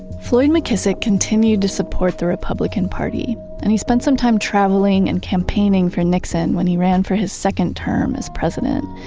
floyd mckissick continued to support the republican party and he spent some time traveling and campaigning for nixon when he ran for his second term as president.